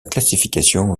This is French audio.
classification